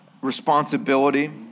responsibility